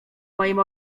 moim